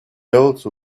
also